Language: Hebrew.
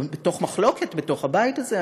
תוך מחלוקת בתוך הבית הזה,